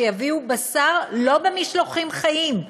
שיביאו בשר לא במשלוחים חיים,